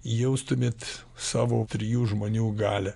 jaustumėt savo trijų žmonių galią